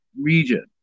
region